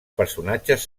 personatges